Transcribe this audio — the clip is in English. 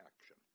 action